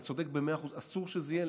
אתה צודק במאה אחוז, אסור שזה יהיה.